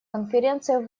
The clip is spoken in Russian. конференциях